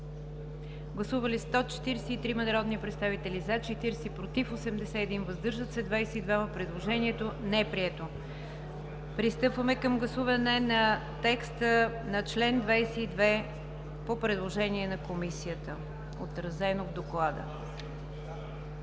Гласували 143 народни представители: за 40, против 81, въздържали се 22. Предложението не е прието. Пристъпваме към гласуване на текста на чл. 22 по предложение на Комисията, отразено в Доклада.